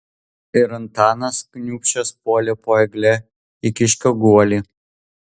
ir antanas kniūbsčias puolė po egle į kiškio guolį